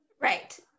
Right